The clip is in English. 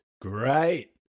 great